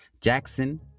Jackson